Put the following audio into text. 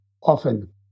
often